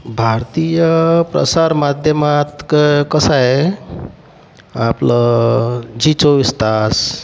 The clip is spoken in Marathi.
भारतीय प्रसारमाध्यमात कसं आहे आपलं झी चोवीस तास